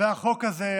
והחוק הזה,